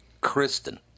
Kristen